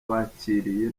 bakiriye